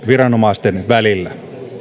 viranomaisten välillä